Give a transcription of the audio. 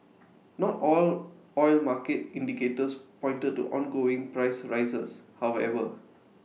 not all oil market indicators pointed to ongoing price rises however